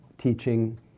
teaching